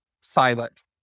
silent